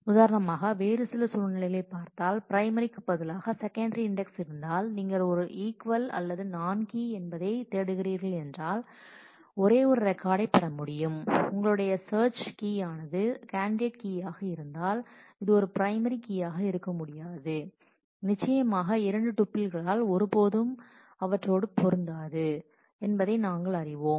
உதாரணமாக வேறு சில சூழ்நிலைகளைப் பார்த்தால் பிரைமரிக்கு பதிலாக செகண்டரி இன்டெக்ஸ் இருந்தால் நீங்கள் ஒரு இக்வல் அல்லது நான் கீ என்பதை தேடுகிறீர்கள் என்றால் ஒரே ஒரு ரெக்கார்டை பெற முடியும் உங்களுடைய சர்ச் கீ ஆனது கேண்டிடேட் கீ ஆக இருந்தால் இது ஒரு பிரைமரி கீயாக இருக்க முடியாது நிச்சயமாக இரண்டு டூப்பிள்களால் ஒருபோதும் அவற்றோடு பொருந்தாது என்பதை நாங்கள் அறிவோம்